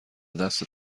دست